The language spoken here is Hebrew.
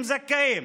הם זכאים.